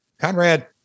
Conrad